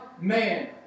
man